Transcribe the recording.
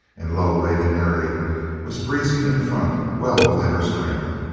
and lo, lady mary was breezing in front well within her strength.